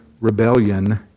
rebellion